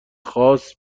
خاص